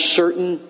certain